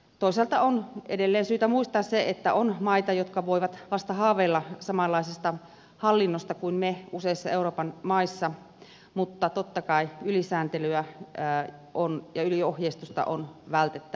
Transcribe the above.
toisaalta on edelleen syytä muistaa se että on maita jotka voivat vasta haaveilla samanlaisesta hallinnosta kuin me useissa euroopan maissa mutta totta kai ylisääntelyä ja yliohjeistusta on vältettävä